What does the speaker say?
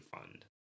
fund